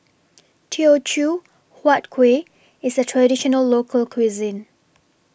Teochew Huat Kuih IS A Traditional Local Cuisine